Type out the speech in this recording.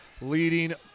leading